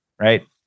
right